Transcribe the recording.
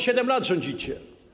7 lat rządzicie.